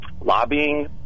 lobbying